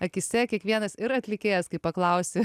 akyse kiekvienas ir atlikėjas kai paklausi